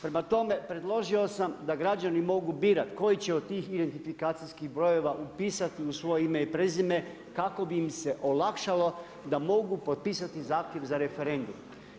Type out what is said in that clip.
Prema tome, predložio sam da građani mogu birati koji će od tih identifikacijskih brojeva upisati u svoje ime i prezime kako bi im se olakšalo da mogu potpisati zahtjev za referendum.